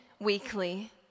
weekly